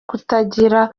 kutagira